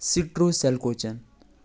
سِٹروٗ سٮ۪لکوچَن